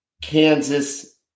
Kansas